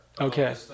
Okay